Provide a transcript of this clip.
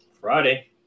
Friday